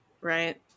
right